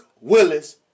Willis